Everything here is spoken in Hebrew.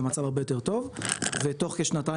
המצב הרבה יותר טוב ותוך כשנתיים,